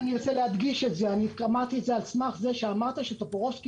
אמרתי את זה על סמך זה שאמרת שטופורובסקי